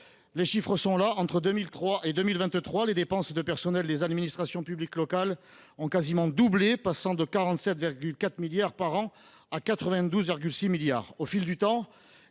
Les chiffres sont là : entre 2003 et 2023, les dépenses de personnel des administrations publiques locales ont quasiment doublé, passant de 47,4 milliards par an à 92,6 milliards. Au fil du temps,